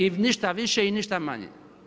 I ništa više i ništa manje.